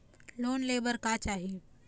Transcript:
Loan ले बार का चाही?